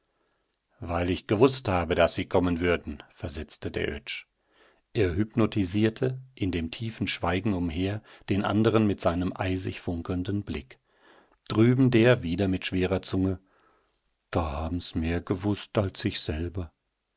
weil ich gewußt habe daß sie kommen würden versetzte der oetsch er hypnotisierte in dem tiefen schweigen umher den anderen mit seinem eisig funkelnden blick drüben der wieder mit schwerer zunge da haben's mehr gewußt als ich selber